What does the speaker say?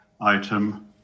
item